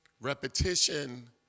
repetition